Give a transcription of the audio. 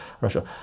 russia